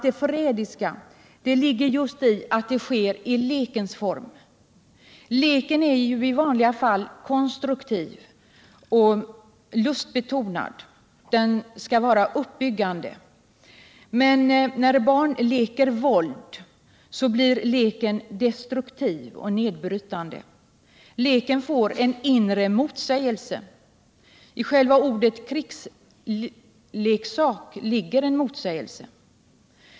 Det förrädiska ligger just i att det sker i lekens form. Leken är i vanliga fall konstruktiv och lustbetonad. Den skall vara uppbyggande. Men när barn leker våld blir leken destruktiv och nedbrytande. Leken får en inre motsägelse. I själva ordet krigsleksak ligger en motsägelse.